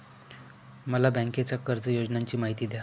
मला बँकेच्या कर्ज योजनांची माहिती द्या